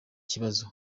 kibazo